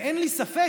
אין לי ספק